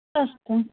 अस्तु